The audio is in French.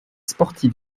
sportif